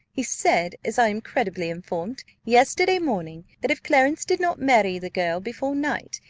he said, as i am credibly informed, yesterday morning, that if clarence did not marry the girl before night,